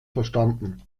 verstanden